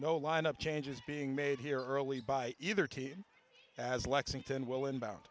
no lineup changes being made here early by either team as lexington will inbound